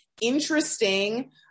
interesting